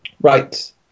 Right